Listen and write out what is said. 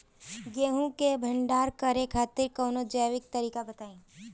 गेहूँ क भंडारण करे खातिर कवनो जैविक तरीका बताईं?